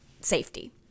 safety